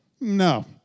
No